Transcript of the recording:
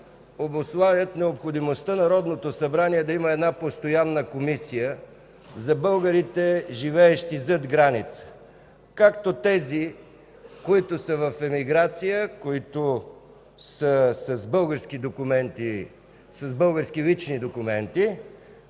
обуславят необходимостта Народното събрание да има една постоянна Комисия за българите, живеещи зад граница – както тези, които са в емиграция, които са с български лични документи,